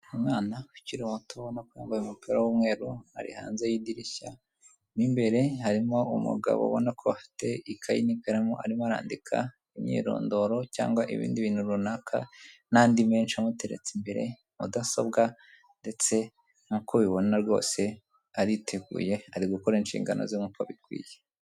Umwana ukiri muto ubona yambaye umupira w'umweru, ari hanze y'idirishya, mo imbere harimo umugabo ubona ko afite ikayi n'ikaramu arimo arandika imyirondoro cyangwa ibindi bintu runaka n'andi menshi amuteretse imbere, mudasobwa ndetse nkuko ubibona rwose, ariteguye ari gukora inshingano ze nk'uko bikwiye.